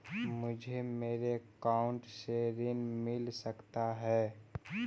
मुझे मेरे अकाउंट से ऋण मिल सकता है?